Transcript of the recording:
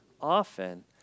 often